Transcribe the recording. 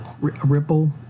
ripple